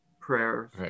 prayers